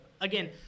Again